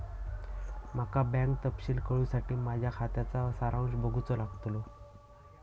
माका बँक तपशील कळूसाठी माझ्या खात्याचा सारांश बघूचो लागतलो